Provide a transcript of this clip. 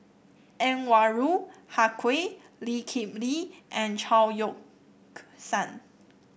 Anwarul Haque Lee Kip Lee and Chao Yoke San